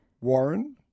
Warren